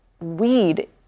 weed